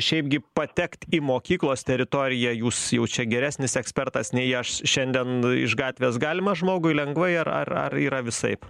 šiaipgi patekt į mokyklos teritoriją jūs jau čia geresnis ekspertas nei aš šiandien iš gatvės galima žmogui lengvai ar ar ar yra visaip